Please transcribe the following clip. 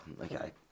Okay